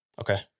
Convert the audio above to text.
Okay